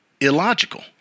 illogical